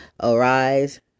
arise